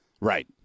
Right